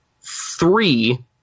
three